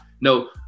no